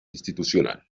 institucional